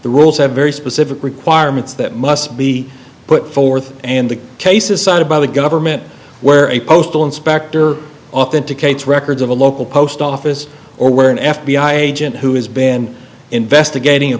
the rules have very specific requirements that must be put forth and the cases cited by the government where a postal inspector authenticates records of a local post office or where an f b i agent who has been investigating a